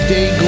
Day